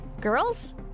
girls